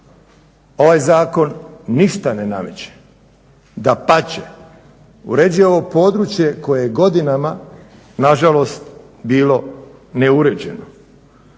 Ovaj zakon ništa ne nameće, dapače uređuje ovo područje koje je godinama nažalost bilo neuređeno.